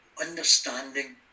understanding